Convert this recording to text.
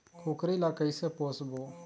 कूकरी ला कइसे पोसबो?